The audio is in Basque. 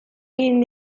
egin